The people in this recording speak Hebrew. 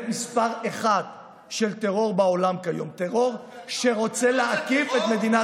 הטלפון של גנץ.